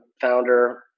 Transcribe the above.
founder